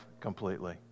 completely